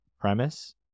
premise